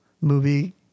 movie